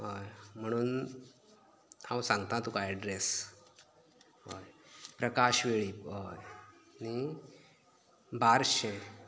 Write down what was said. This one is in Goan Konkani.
हय म्हणून हांव सांगता तुका ऍड्रेस हय प्रकाश वेळीप हय आनी बारशें